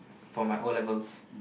for my O-levels